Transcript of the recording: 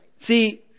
See